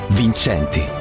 vincenti